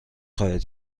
خواهید